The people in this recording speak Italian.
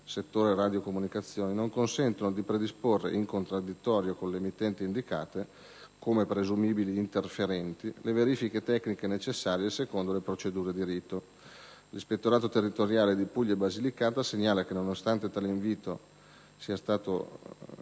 - settore Radiocomunicazioni (ITU-R), non consentono di predisporre, in contraddittorio con le emittenti indicate, come presumibili interferenti, le verifiche tecniche necessarie secondo le procedure di rito. L'ispettorato territoriale di Puglia e Basilicata segnala che, nonostante tale invito, alla data